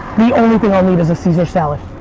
the only thing i'll need is a caesar salad.